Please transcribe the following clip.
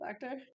doctor